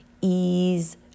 ease